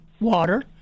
water